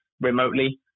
remotely